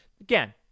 again